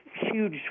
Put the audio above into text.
huge